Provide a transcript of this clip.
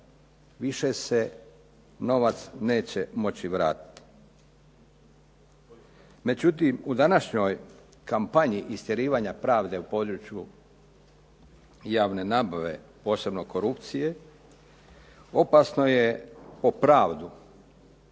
više se novac neće moći vratiti. Međutim, u današnjoj kampanji istjerivanja pravde u području javne nabave, posebno korupcije, opasno je po pravdu